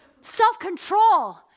self-control